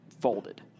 folded